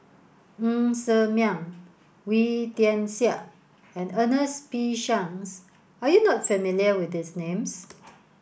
Ng Ser Miang Wee Tian Siak and Ernest P Shanks are you not familiar with these names